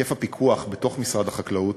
היקף הפיקוח בתוך משרד החקלאות